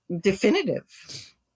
definitive